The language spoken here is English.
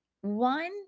One